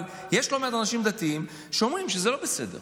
אבל יש לא מעט אנשים דתיים שאומרים שזה לא בסדר,